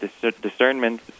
discernment